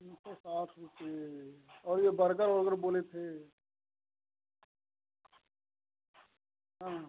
तीन सौ साठ रुपये और ये बर्गर ओर्गर बोले थे हाँ